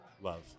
love